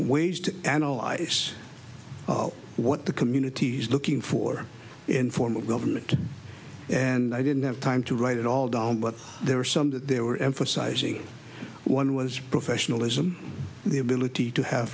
ways to analyze what the communities looking for in form of government and i didn't have time to write it all down but there were some that they were emphasizing one was professionalism the ability to have